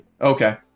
okay